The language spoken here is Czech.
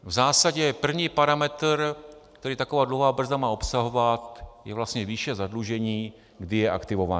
V zásadě první parametr, který taková dluhová brzda má obsahovat, je vlastně výše zadlužení, kdy je aktivovaná.